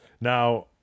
Now